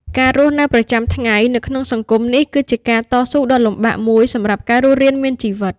ការរស់នៅប្រចាំថ្ងៃនៅក្នុងសម័យនេះគឺជាការតស៊ូដ៏លំបាកមួយសម្រាប់ការរស់រានមានជីវិត។